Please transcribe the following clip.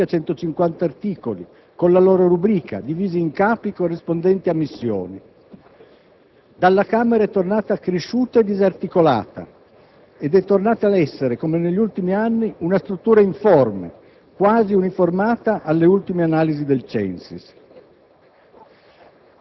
con tutti i suoi circa 150 articoli con la loro rubrica, divisi in Capi corrispondenti a missioni. Dalla Camera è tornata accresciuta e disarticolata ed è tornata ad essere, come negli ultimi anni, una struttura informe, quasi uniformata alle ultime analisi del CENSIS,